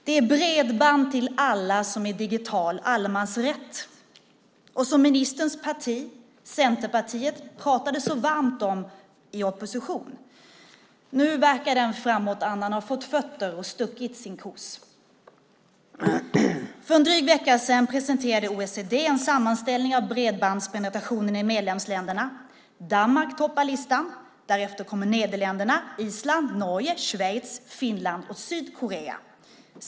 Det är bredband till alla som är digital allemansrätt och som ministerns parti, Centerpartiet, pratade så varmt om i opposition. Nu verkar den framåtandan ha fått fötter och stuckit sin kos. För drygt en vecka sedan presenterade OECD en sammanställning av bredbandspenetrationen i medlemsländerna. Danmark toppar listan, därefter kommer Nederländerna, Island, Norge, Schweiz, Finland och Sydkorea.